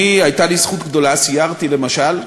הייתה לי זכות גדולה, סיירתי, למשל,